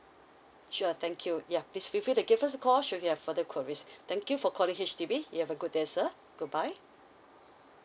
sure thank you yeah please feel free to give us a call should you have further queries thank you for calling H_D_B you have a good sir goodbye